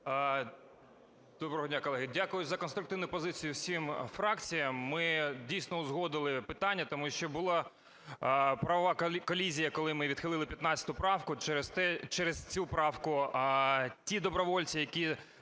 Доброго дня, колеги. Дякую за конструктивну позицію всім фракціям. Ми, дійсно, узгодили питання, тому що була правова колізія, коли ми відхилили 15 правку. Через цю правку ті добровольці, які